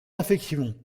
infections